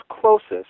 closest